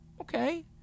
Okay